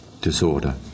disorder